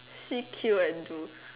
see queue and do